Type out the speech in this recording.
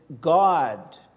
God